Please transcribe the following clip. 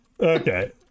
Okay